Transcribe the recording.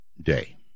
day